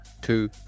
two